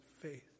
faith